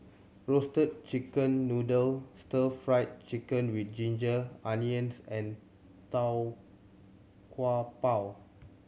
Roasted Chicken Noodle Stir Fried Chicken With Ginger Onions and Tau Kwa Pau